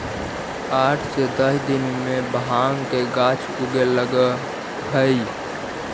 आठ से दस दिन में भाँग के गाछ उगे लगऽ हइ